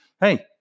hey